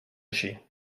així